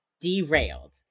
Derailed